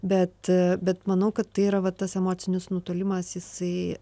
bet bet manau kad tai yra va tas emocinis nutolimas jisai